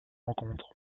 encontre